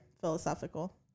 philosophical